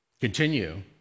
Continue